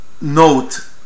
note